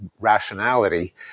rationality